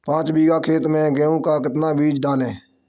पाँच बीघा खेत में गेहूँ का कितना बीज डालें?